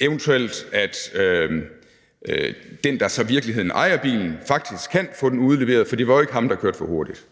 Eventuelt kan den, der i virkeligheden ejer bilen, faktisk få udleveret bilen, fordi det jo ikke var ham, der kørte for hurtigt.